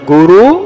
Guru